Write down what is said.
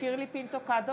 שירלי פינטו קדוש,